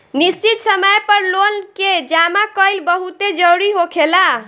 निश्चित समय पर लोन के जामा कईल बहुते जरूरी होखेला